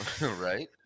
Right